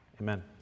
Amen